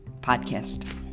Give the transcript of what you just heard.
podcast